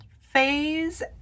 phase